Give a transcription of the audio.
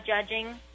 judging